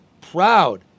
proud